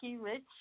Rich